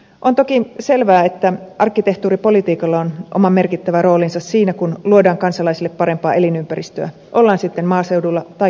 on toki selvää että arkkitehtuuripolitiikalla on oma merkittävä roolinsa siinä kun luodaan kansalaisille parempaa elinympäristöä ollaan sitten maaseudulla tai kaupungeissa